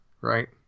right